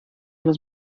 muss